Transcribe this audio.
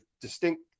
distinct